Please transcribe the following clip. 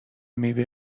میوه